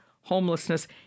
homelessness